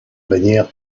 bannière